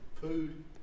Food